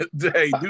Hey